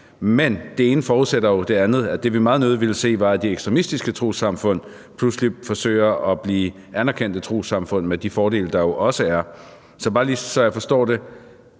Men det ene forudsætter jo det andet. Det, vi meget nødig ville se, var, at de ekstremistiske trossamfund pludselig forsøger at blive anerkendte trossamfund med de fordele, der jo også er. Så bare lige så jeg forstår det